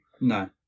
No